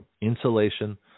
insulation